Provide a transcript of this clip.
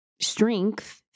strength